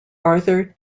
arthur